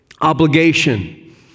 obligation